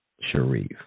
Sharif